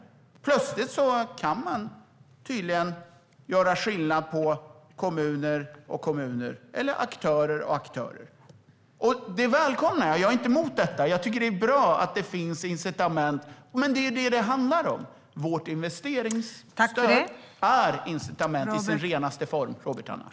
Plötsligt kan man tydligen göra skillnad på kommuner och kommuner eller aktörer och aktörer, och det välkomnar jag. Jag är inte emot detta. Jag tycker att det är bra att det finns incitament, och vårt investeringsstöd är ett incitament i sin renaste form, Robert Hannah.